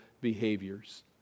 behaviors